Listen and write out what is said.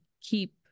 keep